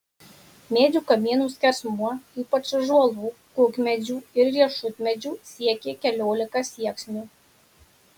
medžių kamienų skersmuo ypač ąžuolų kukmedžių ir riešutmedžių siekė keliolika sieksnių